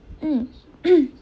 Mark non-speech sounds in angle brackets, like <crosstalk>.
mm <coughs>